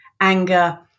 anger